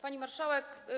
Pani Marszałek!